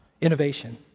innovation